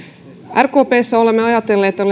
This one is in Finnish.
rkpssa olemme ajatelleet